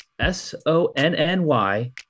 S-O-N-N-Y